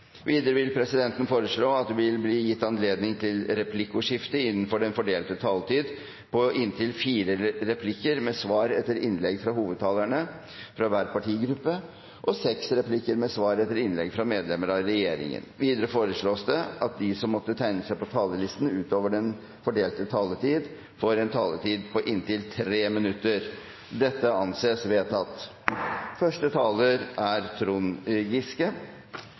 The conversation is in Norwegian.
Videre vil presidenten foreslå at det blir gitt anledning til replikkordskifte på inntil fem replikker med svar etter innlegg fra hovedtalerne fra hver partigruppe og seks replikker med svar etter innlegg fra medlemmer av regjeringen innenfor den fordelte taletid. Videre foreslås det at de som måtte tegne seg på talerlisten utover den fordelte taletid, får en taletid på inntil 3 minutter. – Det anses vedtatt.